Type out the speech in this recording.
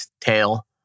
Tail